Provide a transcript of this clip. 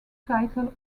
title